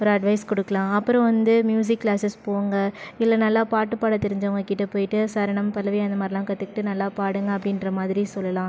ஒரு அட்வைஸ் கொடுக்கலாம் அப்புறம் வந்து மியூசிக் கிளாஸஸ் போங்க இல்லை நல்லா பாட்டு பாட தெரிஞ்சவங்க கிட்டே போயிட்டு சரணம் பல்லவி அந்தமாதிரிலான் கற்றுக்கிட்டு நல்லா பாடுங்க அப்படிங்கிற மாதிரி சொல்லலாம்